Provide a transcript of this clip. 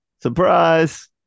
Surprise